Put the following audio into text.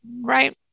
right